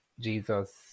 Jesus